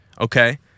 Okay